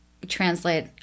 translate